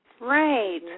Right